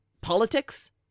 politics